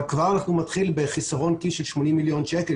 אבל כבר אנחנו נתחיל בחיסרון כיס של 80 מיליון שקל,